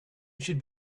should